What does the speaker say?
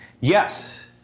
Yes